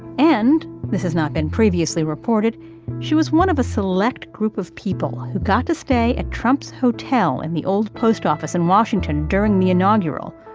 and this has not been previously reported she was one of a select group of people who got to stay at trump's hotel in the old post office in washington during the inaugural,